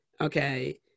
okay